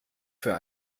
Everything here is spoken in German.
für